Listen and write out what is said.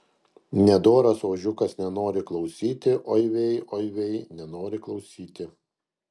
nedoras ožiukas nenori klausyti oi vei oi vei nenori klausyti